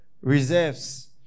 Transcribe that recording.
reserves